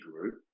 group